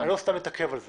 לא סתם אני מתעכב על זה.